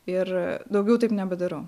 ir daugiau taip nebedarau